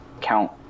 count –